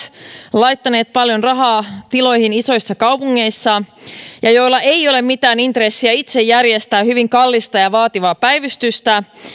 laittaneet paljon rahaa tiloihin isoissa kaupungeissa ja joilla ei ole mitään intressiä itse järjestää hyvin kallista ja vaativaa päivystystä